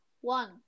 One